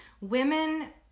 women